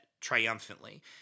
triumphantly